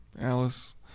alice